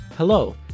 Hello